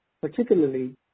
particularly